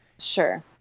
sure